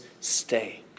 Stay